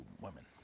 women